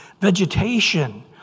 vegetation